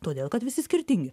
todėl kad visi skirtingi